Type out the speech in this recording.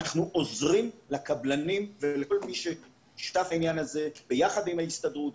עוזרים לקבלנים ולכל מי ששותף לעניין הזה ביחד עם ההסתדרות,